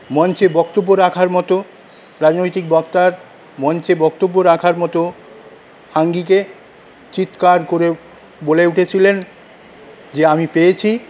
মঞ্চে বক্তব্য রাখার মতো রাজনৈতিক বক্তার মঞ্চে বক্তব্য রাখার মতো আঙ্গিকে চিৎকার করে বলে উঠেছিলেন যে আমি পেয়েছি